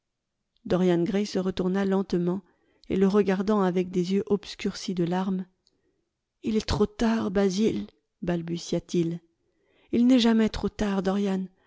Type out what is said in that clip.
dorian gray se retourna lentement et le regardant avec des yeux obscurcis de larmes il est trop tard basil balbutia-t-il il n'est jamais trop tard